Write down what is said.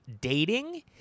Dating